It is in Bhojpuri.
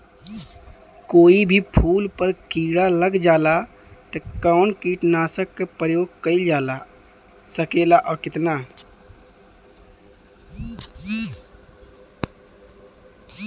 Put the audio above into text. कोई भी फूल पर कीड़ा लग जाला त कवन कीटनाशक क प्रयोग करल जा सकेला और कितना?